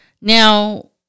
Now